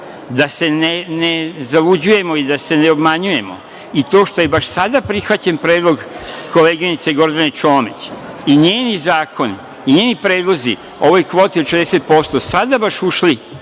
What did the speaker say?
da se ne zaluđujemo i da se ne obmanjujemo, i to što je baš sada prihvaćen predlog koleginice Gordane Čomić i njeni predlozi ovoj kvoti od 60%, baš sada ušli